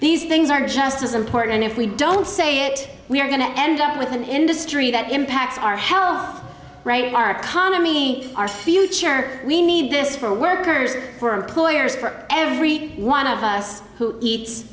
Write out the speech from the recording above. these things are just as important and if we don't say it we're going to end up with an industry that impacts our health of our economy our future we need this for workers for employers for every one of us who eats